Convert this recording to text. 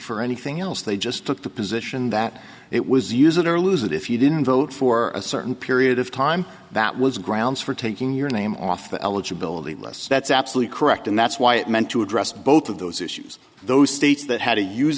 for anything else they just took the position that it was use it or lose it if you didn't vote for a certain period of time that was grounds for taking your name off the eligibility lists that's absolutely correct and that's why it meant to address both of those issues those states that had a use